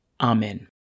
Amen